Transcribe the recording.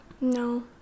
No